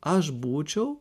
aš būčiau